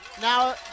Now